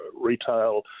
retail